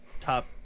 top